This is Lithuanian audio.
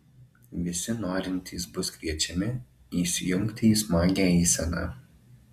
visi norintys bus kviečiami įsijungti į smagią eiseną